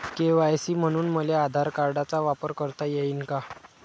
KYC म्हनून मले आधार कार्डाचा वापर करता येईन का?